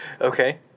Okay